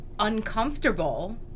uncomfortable